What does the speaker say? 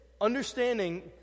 understanding